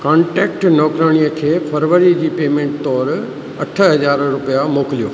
contact नौकिराणीअ खे फरवरी जी पेमेंट तोरु अठ हज़ार रुपिया मोकलियो